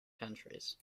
countries